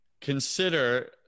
Consider